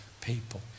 people